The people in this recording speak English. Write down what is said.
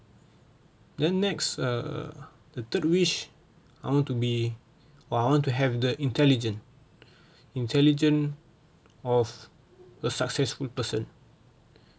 then next uh the third wish I want to be I want to have the intelligent intelligent of a successful person